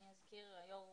אני אזכיר ליושב ראש,